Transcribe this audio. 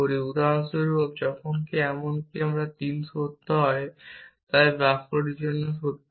উদাহরণস্বরূপ যখন এমনকি 3 সত্য নয় তাই বাক্যটির জন্য সত্য নয়